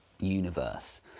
universe